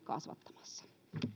kasvattamassa